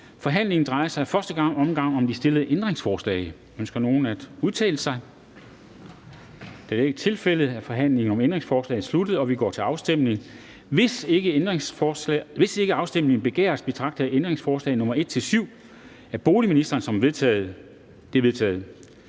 Forhandlingen drejer sig i første omgang om de stillede ændringsforslag. Ønsker nogen at udtale sig? Da det ikke er tilfældet, er forhandlingen om ændringsforslagene sluttet, og vi går til afstemning. Kl. 10:58 Afstemning Formanden (Henrik Dam Kristensen): Hvis ikke afstemning begæres, betragter jeg ændringsforslag nr. 1-7 af boligministeren som vedtaget. De er vedtaget.